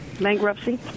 bankruptcy